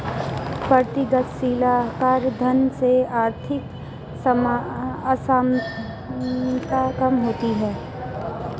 प्रगतिशील कराधान से आर्थिक असमानता कम होती है